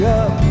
up